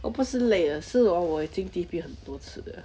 我不是累 uh 是 orh 我已经 T_P 很多次的了